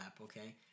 okay